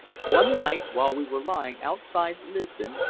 one night, while we were lying outside lisbon,